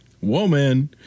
woman